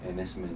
N_S men